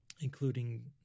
including